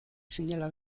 zinela